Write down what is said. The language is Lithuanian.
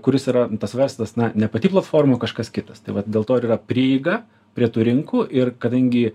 kuris yra nu tas verslas na ne pati platforma kažkas kitas tai vat dėl to ir yra prieiga prie tų rinkų ir kadangi